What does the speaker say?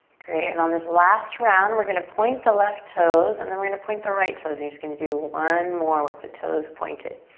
great, and on this last round we're gonna point the left toes and then we're gonna point the right toes. we're just gonna do one more with the toes pointed.